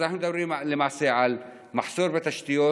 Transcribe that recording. אז אנחנו מדברים למעשה על מחסור בתשתיות,